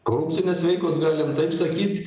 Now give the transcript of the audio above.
korupcinės veikos galim taip sakyt